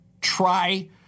try